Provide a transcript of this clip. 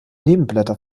nebenblätter